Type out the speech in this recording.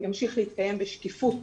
ימשיך להתקיים בשקיפות